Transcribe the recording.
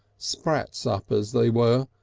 sprat suppers they were,